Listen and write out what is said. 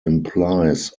implies